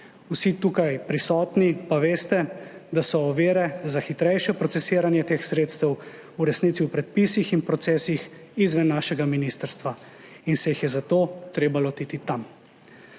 Vsi tukaj prisotni pa veste, da so ovire za hitrejše procesiranje teh sredstev v resnici v predpisih in procesih izven našega ministrstva in se jih je zato treba lotiti tam.